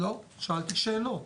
לא, שאלתי שאלות.